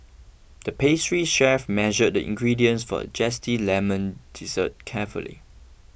the pastry chef measured the ingredients for a Zesty Lemon Dessert carefully